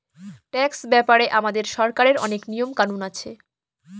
tax ব্যাপারে আমাদের সরকারের অনেক নিয়ম কানুন আছে